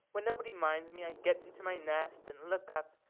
when nobody minds me, i get into my nest, and look up.